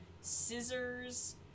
scissors